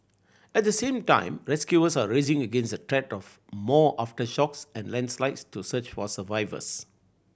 at the same time rescuers are racing against the threat of more aftershocks and landslides to search for survivors